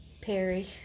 Perry